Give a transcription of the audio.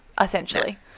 essentially